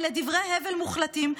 אלה דברי הבל מוחלטים,